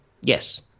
Yes